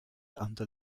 under